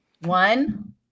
One